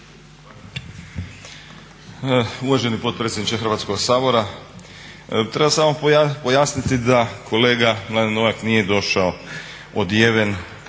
Uvaženi potpredsjedniče Hrvatskoga sabora. Treba samo pojasniti da kolega Mladen Novak nije došao odjeven poput